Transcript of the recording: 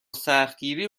سختگیری